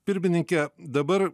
pirmininke dabar